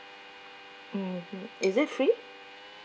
mmhmm is it free